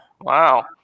Wow